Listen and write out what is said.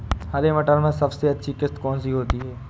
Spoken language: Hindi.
हरे मटर में सबसे अच्छी किश्त कौन सी होती है?